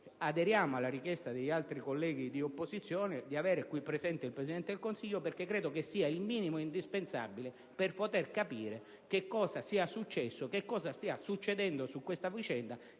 aderiamo alla richiesta degli altri colleghi di opposizione di avere qui presente il Presidente del Consiglio: credo sia il minimo indispensabile per poter capire che cosa stia succedendo in merito a tale vicenda.